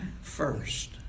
first